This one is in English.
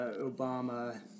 Obama